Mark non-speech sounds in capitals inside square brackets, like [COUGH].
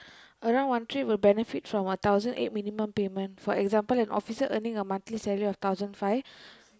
around one trip will benefit from a thousand eight minimum payment for example an officer earning a monthly salary of thousand five [BREATH]